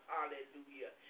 Hallelujah